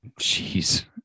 Jeez